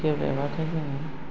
गेब्लेबाथाय जोंङो